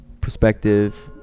perspective